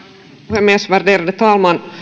puhemies värderade talman